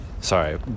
Sorry